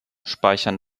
speichern